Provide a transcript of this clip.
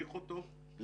להוליך אותו,